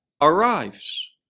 arrives